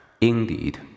Indeed